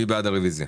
מי בעד הרביזיה?